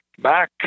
Back